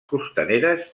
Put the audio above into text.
costaneres